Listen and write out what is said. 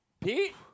Pete